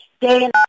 day